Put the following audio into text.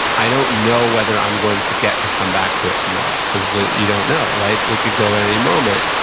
i don't know whether i'm going to get to come back to it tomorrow. because, you don't know, right? we could go in at any moment.